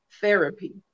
therapy